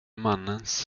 mannens